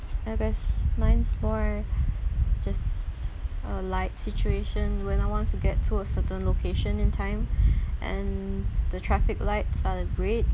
I guess mine's more just a light situation when I want to get to a certain location in time and the traffic lights are the red